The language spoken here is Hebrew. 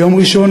ביום ראשון,